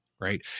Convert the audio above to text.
right